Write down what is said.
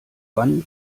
wann